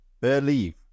believe